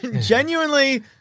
genuinely